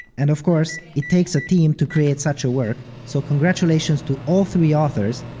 and of course, it takes a team to create such a work, so congratulations to all three authors,